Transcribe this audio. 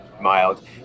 mild